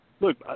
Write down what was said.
Look